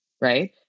right